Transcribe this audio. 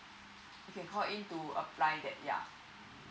you can call in to apply that yeah